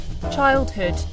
childhood